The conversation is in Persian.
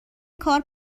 کار